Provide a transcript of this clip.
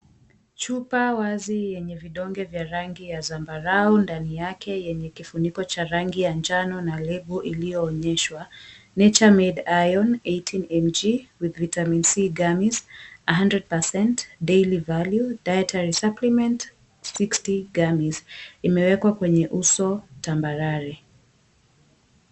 Chupa wazi yenye vidonge ya rangi ya zambarau ndani yake yenye kifuniko cha rangi ya njano na lebo iliyoonyeshwa, Nature Made Iron 18mg, with Vitamin C Gummies 100% Daily Value Dietary Supplement 60 Gummies. Imewekwa kwenye uso tambarare.